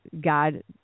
God